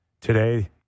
today